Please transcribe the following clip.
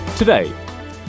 Today